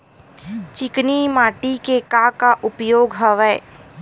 चिकनी माटी के का का उपयोग हवय?